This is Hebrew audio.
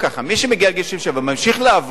מי שמגיע לגיל 67, ממשיך לעבוד,